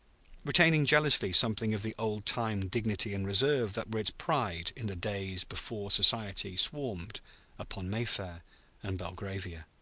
retaining jealously something of the old-time dignity and reserve that were its pride in the days before society swarmed upon mayfair and belgravia.